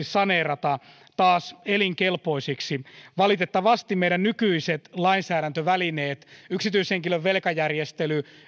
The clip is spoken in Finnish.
saneerata taas elinkelpoisiksi valitettavasti meidän nykyiset lainsäädäntövälineemme yrityssaneeraus ja yksityishenkilön velkajärjestely